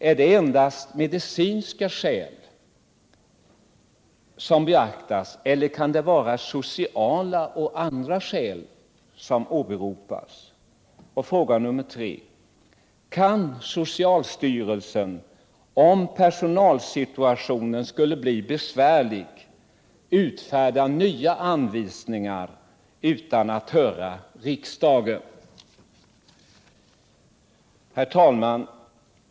Är det endast medicinska skäl som beaktas eller kan det också vara sociala och andra skäl som åberopas? 3. Kan socialstyrelsen, om personalsituationen skulle bli besvärlig, utfärda nya anvisningar utan att höra riksdagen? Herr talman!